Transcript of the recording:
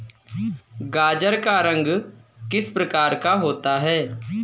गाजर का रंग किस प्रकार का होता है?